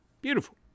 beautiful